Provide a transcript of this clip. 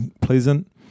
pleasant